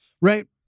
Right